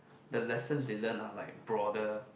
the lessons they learn are like broader